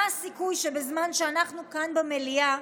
מה הסיכוי שבזמן שאנחנו כאן במליאה,